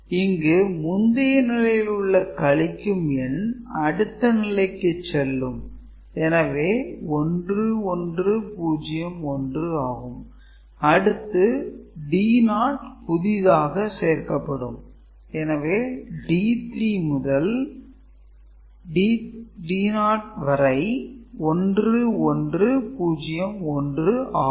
இங்கு முந்தைய நிலையில் உள்ள கழிக்கும் எண் அடுத்த நிலைக்கு செல்லும் எனவே 1 1 0 1 ஆகும்அடுத்து D0 புதிதாக சேர்க்கப்படும் எனவே D3 முதல் D0 வரை 1 1 0 1 ஆகும்